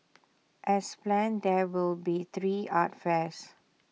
as planned there will be three art fairs